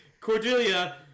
cordelia